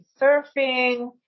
surfing